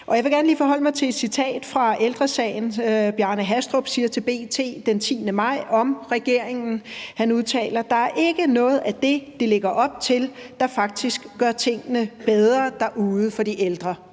jeg vil gerne lige forholde mig til et citat af Ældre Sagens Bjarne Hastrup, som siger til B.T. den 10. maj om regeringen: »... der er ikke noget af det, de lægger op til, der faktisk gør tingene derude bedre for de ældre.«